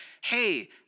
hey